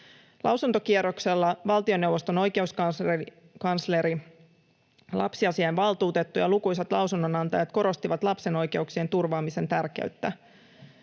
Lausuntokierroksella valtioneuvoston oikeuskansleri, lapsiasiavaltuutettu ja lukuisat lausunnonantajat korostivat lapsen oikeuksien turvaamisen tärkeyttä.